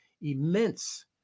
immense